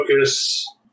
Focus